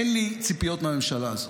אין לי ציפיות מהממשלה הזאת.